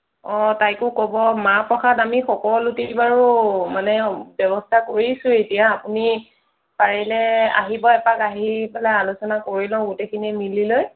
অঁ তাইকো ক'ব মাহ প্ৰসাদ আমি সকলোটি বাৰু মানে ব্যৱস্থা কৰিছোৱেই এতিয়া আপুনি পাৰিলে আহিব এপাক আহি পেলাই আলোচনা কৰি লওঁ গোটেইখিনিয়ে মিলি লৈ